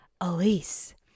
Elise